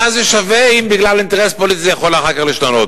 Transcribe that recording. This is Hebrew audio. מה זה שווה אם בגלל אינטרס פוליטי זה יכול אחר כך להשתנות?